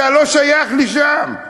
אתה לא שייך לשם.